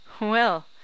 Well